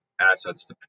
assets